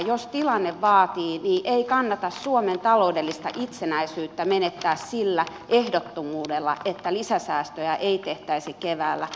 jos tilanne vaatii niin ei kannata suomen taloudellista itsenäisyyttä menettää sillä ehdottomuudella että lisäsäästöjä ei tehtäisi keväällä